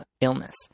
illness